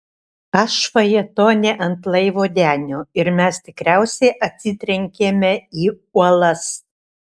aš fajetone ant laivo denio ir mes tikriausiai atsitrenkėme į uolas